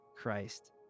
christ